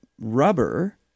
rubber